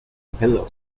pillow